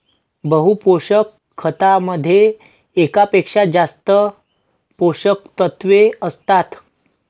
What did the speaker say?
बहु पोषक खतामध्ये एकापेक्षा जास्त पोषकतत्वे असतात